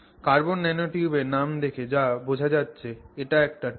carbon ন্যানোটিউবের নাম দেখে যা বোঝা যাচ্ছে যে এটা একটা টিউব